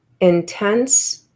intense